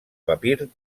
papir